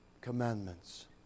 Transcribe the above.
commandments